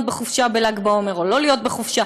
בחופשה בל"ג בעומר או לא להיות בחופשה.